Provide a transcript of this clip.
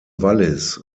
wallis